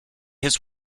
his